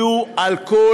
יהיו על ראשכם,